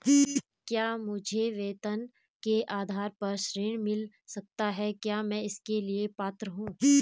क्या मुझे वेतन के आधार पर ऋण मिल सकता है क्या मैं इसके लिए पात्र हूँ?